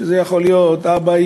זה יכול להיות אבא,